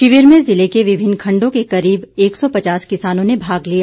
शिविर में जिले के विभिन्न खंडों के करीब एक सौ पचास किसानों ने भाग लिया